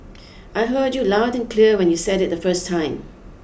I heard you loud and clear when you said it the first time